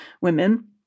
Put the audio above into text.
women